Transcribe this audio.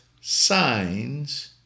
signs